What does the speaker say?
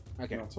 Okay